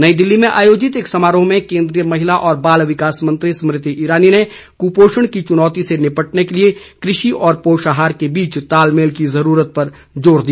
नई दिल्ली में आयोजित एक समारोह में केंद्रीय महिला और बाल विकास मंत्री स्मृति इरानी ने कुपोषण की चुनौती से निपटने के लिए कृषि और पोषाहार के बीच तालमेल की जरूरत पर जोर दिया